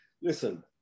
listen